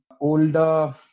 older